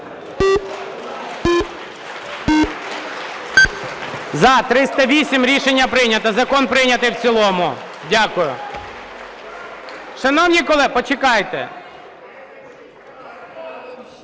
За-308 Рішення прийнято. Закон прийнятий в цілому. Дякую. Шановні колеги… Почекайте.